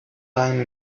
time